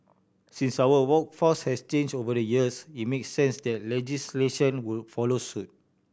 since our workforce has changed over the years it makes sense that legislation would follow suit